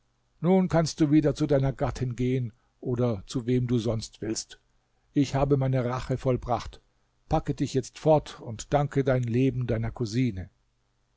nun kannst du wieder zu deiner gattin gehen oder zu wem du sonst willst ich habe meine rache vollbracht packe dich jetzt fort und danke dein leben deiner cousine